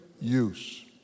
use